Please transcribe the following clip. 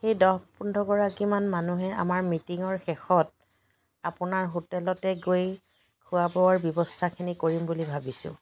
সেই দহ পোন্ধৰ গৰাকীমান মানুহে আমাৰ মিটিঙৰ শেষত আপোনাৰ হোটেলতে গৈ খোৱা বোৱাৰ ব্যৱস্থাখিনি কৰিম বুলি ভবিছোঁ